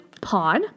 Pod